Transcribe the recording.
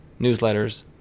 newsletters